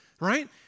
right